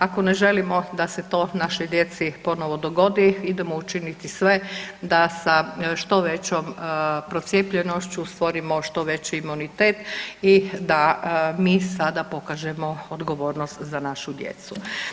Ako ne želimo da se to našoj djeci ponovo dogodi, idemo učiniti sve da sa što većoj procijepljenošću stvorimo što veći imunitet i da mi sada pokažemo odgovornost za našu djecu.